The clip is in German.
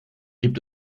gibt